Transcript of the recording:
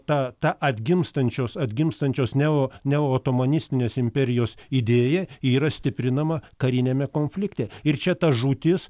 ta ta atgimstančios atgimstančios neo neotomonistinės imperijos idėja ji yra stiprinama kariniame konflikte ir čia ta žūtis